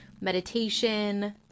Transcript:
meditation